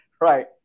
Right